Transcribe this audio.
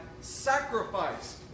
sacrificed